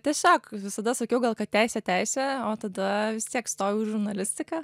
tiesiog visada sakiau gal kad teisė teisė o tada vis tiek stojau į žurnalistiką